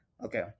Okay